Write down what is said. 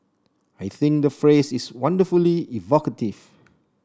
I think the phrase is wonderfully evocative